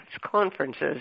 conferences